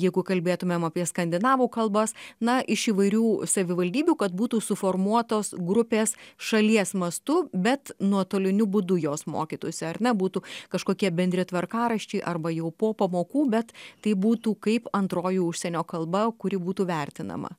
jeigu kalbėtumėm apie skandinavų kalbas na iš įvairių savivaldybių kad būtų suformuotos grupės šalies mastu bet nuotoliniu būdu jos mokytųsi ar ne būtų kažkokie bendri tvarkaraščiai arba jau po pamokų bet tai būtų kaip antroji užsienio kalba kuri būtų vertinama